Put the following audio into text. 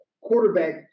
quarterback